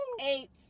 Eight